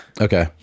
Okay